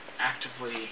actively